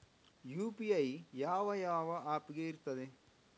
UPI ಯಾವ ಯಾವ app ಗೆ ಇರ್ತದೆ?